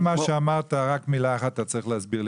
הדברים שאמרת אני צריך שתסביר לי דבר אחד,